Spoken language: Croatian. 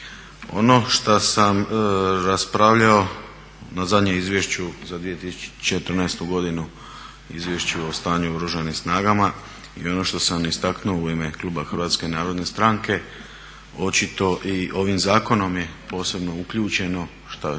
Ono što sam raspravljao na zadnjem izvješću za 2014. godinu, izvješće o stanju u Oružanim snagama i ono što sam istaknuo u ime Kluba HNS-a očito i ovim zakonom je posebno uključeno, što